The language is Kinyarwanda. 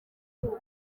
gihugu